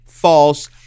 False